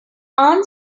aunt